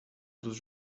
dos